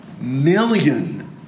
million